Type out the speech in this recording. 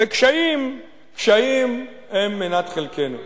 וקשיים, קשיים הם מנת חלקנו.